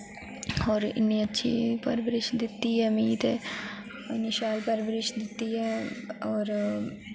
और इन्नी अच्छी परवरिश दित्ती ऐ मी ते इन्नी शैल परवरिश दित्ती ऐ और